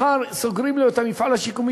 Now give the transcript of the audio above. מחר סוגרים לו את המפעל השיקומי,